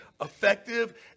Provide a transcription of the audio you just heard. effective